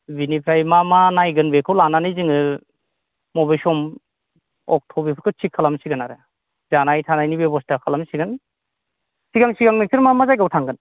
बिनिफ्राय मा मा नायगोन बेखौ लानानै जोङो मबे सम अक्ट' बेफोरखौ थिख खालामसिगोन आरो जानाय थानायनि बेब'स्था खालामसिगोन सिगां सिगां नोंसोर मा मा जायगायाव थांगोन